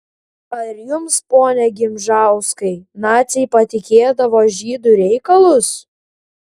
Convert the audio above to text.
ar jums pone gimžauskai naciai patikėdavo žydų reikalus